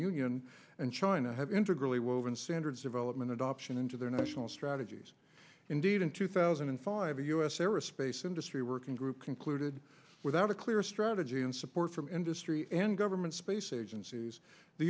woven standards development adoption into their national strategies indeed in two thousand and five us aerospace industry working group concluded without a clear strategy and support from industry and government space agencies the